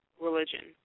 religion